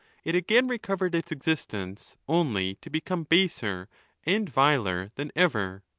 it again recovered its existence, only to become baser and viler than ever.